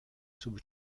sub